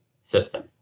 system